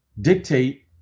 dictate